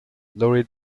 lorry